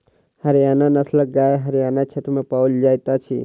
हरयाणा नस्लक गाय हरयाण क्षेत्र में पाओल जाइत अछि